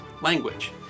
language